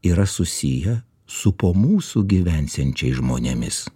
yra susiję su po mūsų gyvensiančiais žmonėmis